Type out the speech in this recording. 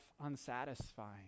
unsatisfying